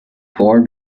before